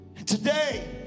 Today